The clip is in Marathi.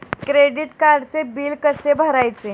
क्रेडिट कार्डचे बिल कसे भरायचे?